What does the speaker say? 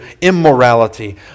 immorality